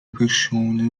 persona